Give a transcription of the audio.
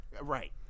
Right